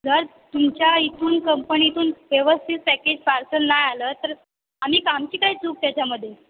जर तुमच्या इथून कंपनीतून व्यवस्थित पॅकेज पार्सल नाही आलं तर आम्ही क आमची काय चूक त्याच्यामध्ये